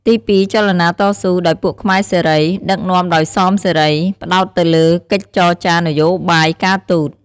ទី២ ចលនាតស៊ូ ដោយពួកខ្មែរសេរី ដឹកនាំដោយ សមសារី ផ្ដោតទៅលើកិច្ចចរចារនយោបាយការទូត ។